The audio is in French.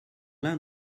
l’un